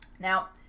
Now